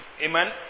Amen